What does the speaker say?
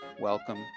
welcome